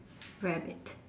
rabbit